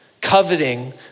Coveting